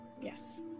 Yes